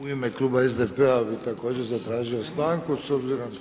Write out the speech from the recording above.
U ime kluba SDP-a bi također zatražio stanku s obzirom